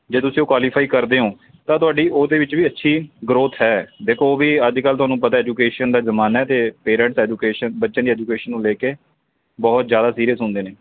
ਜੇ ਤੁਸੀਂ ਉਹ ਕੁਆਲੀਫਾਈ ਕਰਦੇ ਹੋ ਤਾਂ ਤੁਹਾਡੀ ਉਹਦੇ ਵਿੱਚ ਵੀ ਅੱਛੀ ਗਰੋਥ ਹੈ ਦੇਖੋ ਉਹ ਵੀ ਅੱਜ ਕੱਲ੍ਹ ਤੁਹਾਨੂੰ ਪਤਾ ਐਜੂਕੇਸ਼ਨ ਦਾ ਜ਼ਮਾਨਾ ਅਤੇ ਪੇਰੈਂਟ ਐਜੂਕੇਸ਼ਨ ਬੱਚਿਆਂ ਦੀ ਐਜੂਕੇਸ਼ਨ ਨੂੰ ਲੈ ਕੇ ਬਹੁਤ ਜ਼ਿਆਦਾ ਸੀਰੀਅਸ ਹੁੰਦੇ ਨੇ